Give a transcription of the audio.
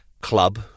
club